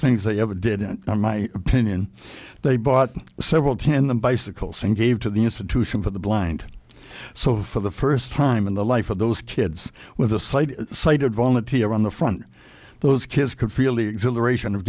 things they ever did in my opinion they bought several ten the bicycles and gave to the institution for the blind so for the first time in the life of those kids with a side sighted volunteer on the front those kids could feel the exhilaration of